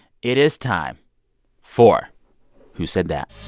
it is time for who said that